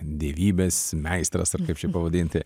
dievybės meistras ar kaip čia pavadinti